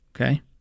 Okay